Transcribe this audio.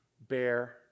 bear